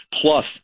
plus